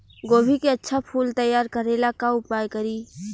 गोभी के अच्छा फूल तैयार करे ला का उपाय करी?